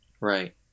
Right